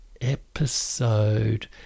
episode